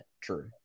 true